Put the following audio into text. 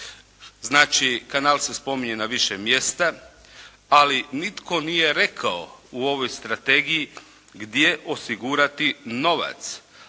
Znači, kanal se spominje na više mjesta, ali nitko nije rekao u ovoj strategiji gdje osigurati novac,